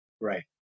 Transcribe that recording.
Right